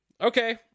Okay